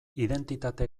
identitate